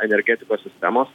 energetikos sistemos